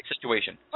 situation